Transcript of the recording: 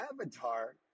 avatar